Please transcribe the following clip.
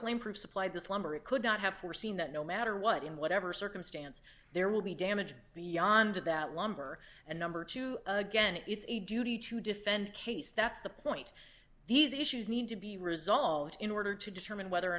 flameproof supplied this lumber it could not have foreseen that no matter what in whatever circumstance there will be damaged beyond that lumber and number two again it's a duty to defend case that's the point these issues need to be resolved in order to determine whether or